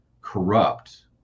corrupt